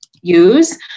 use